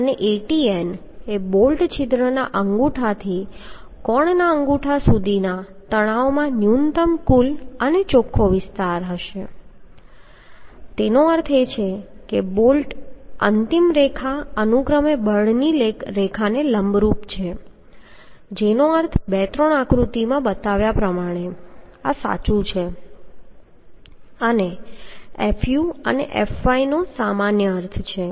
અને Atg અને Atn એ બોલ્ટ છિદ્રના અંગૂઠાથી કોણના અંગૂઠા સુધીના તણાવમાં ન્યૂનતમ કુલ અને ચોખ્ખો વિસ્તાર હશે તેનો અર્થ એ છે કે અંતિમ બોલ્ટ રેખા અનુક્રમે બળની રેખાને લંબરૂપ છે જેનો અર્થ 2 3 આકૃતિમાં બતાવ્યા પ્રમાણે આ સાચું છે અને fu અને fy નો સામાન્ય અર્થ છે